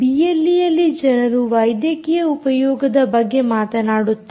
ಬಿಎಲ್ಈಯಲ್ಲಿ ಜನರು ವೈದ್ಯಕೀಯ ಉಪಯೋಗದ ಬಗ್ಗೆ ಮಾತನಾಡುತ್ತಾರೆ